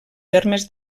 termes